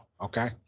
Okay